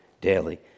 daily